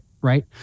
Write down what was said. right